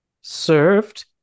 served